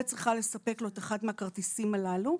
וצריכה לספק לו את אחד מהכרטיסים הללו.